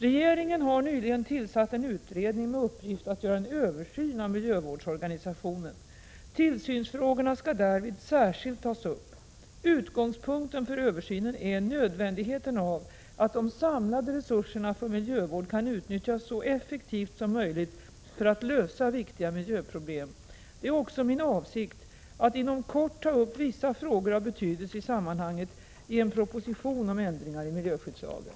Regeringen har nyligen tillsatt en utredning med uppgift att göra en översyn av miljövårdsorganisationen. Tillsynsfrågorna skall därvid särskilt tas upp. Utgångspunkten för översynen är nödvändigheten av att de samlade resurserna för miljövård kan utnyttjas så effektivt som möjligt för att lösa viktiga miljöproblem. Det är också min avsikt att inom kort ta upp vissa frågor av betydelse i sammanhanget i en proposition om ändringar i miljöskyddslagen.